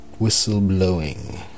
whistleblowing